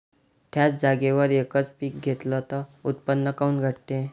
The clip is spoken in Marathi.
थ्याच जागेवर यकच पीक घेतलं त उत्पन्न काऊन घटते?